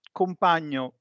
compagno